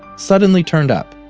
suddenly turned up.